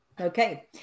Okay